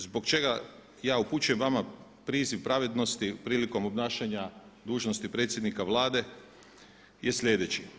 Zbog čega ja upućujem vama priziv pravednosti prilikom obnašanja dužnosti predsjednika Vlade je sljedeći.